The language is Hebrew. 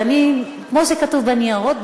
ואני, כמו שכתוב בניירות.